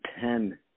ten